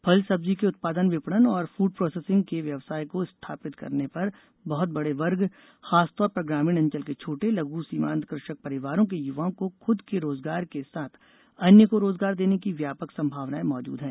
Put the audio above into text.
फल सब्जी के उत्पादन विपणन और फूड प्रोसेसिंग के व्यवसाय को स्थापित करने पर बहत बड़े वर्ग खासतौर पर ग्रामीण अंचल के छोटे लघ् सीमांत कृषक परिवारों के युवाओं को खुद के रोजगार के साथ अन्य को रोजगार देने की व्यापक संभावनाएं मौजूद है